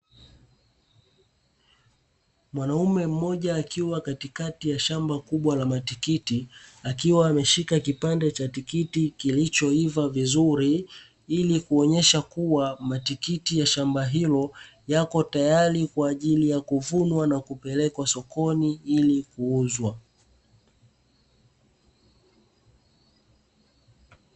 Mwanaume mmoja akiwa katikati ya shamba kubwa la matikiti akiwa ameshika kipande cha tikiti kilichoiva vizuri, ili kuonyesha kuwa matikiti ya shamba hilo yako tayari kwaajili yakuvunwa na kupelekwa sokoni ili kuuzwa.